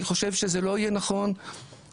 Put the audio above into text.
אני חושב שזה לא יהיה נכון "לטפל"